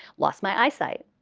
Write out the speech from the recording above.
lost my eyesight.